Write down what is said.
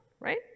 right